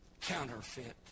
counterfeit